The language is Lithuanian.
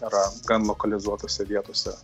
yra gan lokalizuotose vietose